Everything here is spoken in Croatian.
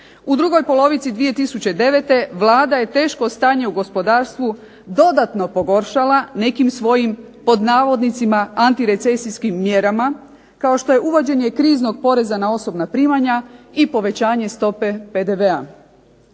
u drugoj polovici 2009. Vlada je teško stanje u gospodarstvu dodatno pogoršala nekim svojim, pod navodnicima antirecesijskim mjerama, kao što je uvođenje kriznog poreza na osobna primanja i povećanje stope PDV-a.